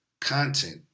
content